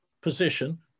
position